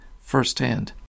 firsthand